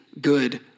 good